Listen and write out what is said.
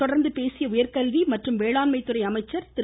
இதை தொடர்ந்து பேசிய உயர்கல்வி மற்றும் வேளாண்மைத்துறை அமைச்சர் திரு